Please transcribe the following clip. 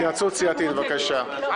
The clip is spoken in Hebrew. התייעצות סיעתית חמש